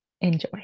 enjoy